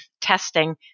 testing